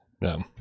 no